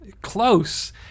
Close